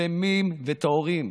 שלמים וטהורים: